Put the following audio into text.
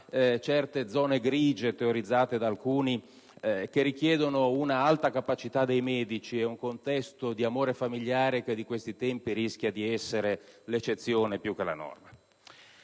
certe zone grigie teorizzate da alcuni che richiedono un'alta capacità dei medici e un contesto di amore familiare che, di questi tempi, rischia di essere l'eccezione più che la norma.